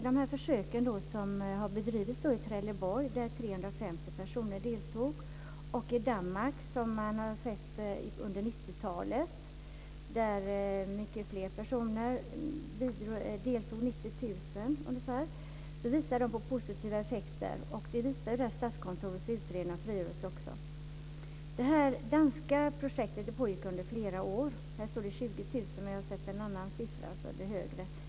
Det har bedrivits försök i Trelleborg där 350 personer deltog. I Danmark har under 90-talet bedrivits projekt där många fler personer deltog, ungefär 90 000. De visar på positiva effekter. Det visar också Det danska projektet pågick under flera år. I mina papper står det att det berörde 20 000, men jag har sett en annan siffra som är högre.